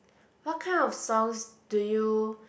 what kind of songs do you